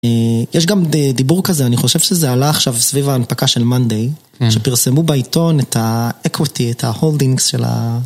יש גם דיבור כזה, אני חושב שזה עלה עכשיו סביב ההנפקה של מאנדיי, שפרסמו בעיתון את האקוויטי, את ההולדינגס של ה...